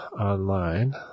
online